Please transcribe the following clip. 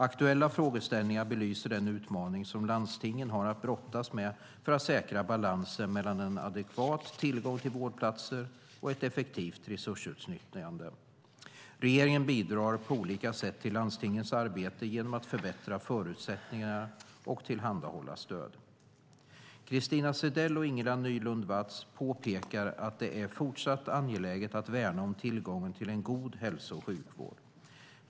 Aktuella frågeställningar belyser den utmaning som landstingen har att brottas med för att säkra balansen mellan en adekvat tillgång till vårdplatser och ett effektivt resursutnyttjande. Regeringen bidrar på olika sätt till landstingens arbete genom att förbättra förutsättningar och tillhandahålla stöd. Christina Zedell och Ingela Nylund Watz påpekar att det är fortsatt angeläget att värna om tillgången till en god hälso och sjukvård.